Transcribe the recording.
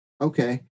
okay